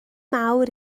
mawr